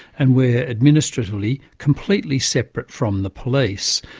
and we're administratively completely separate from the police.